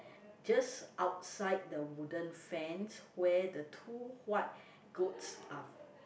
just outside the wooden fence where the two white goats are